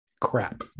crap